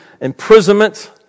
imprisonment